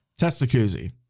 Testacuzzi